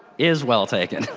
is well taken.